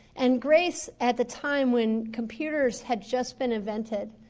and grace, at the time when computers had just been invented,